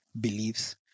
beliefs